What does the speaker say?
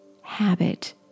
habit